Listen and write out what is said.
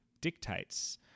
dictates